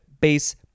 base